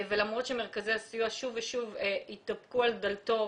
למרות שמרכזי הסיוע התדפקו על דלתו,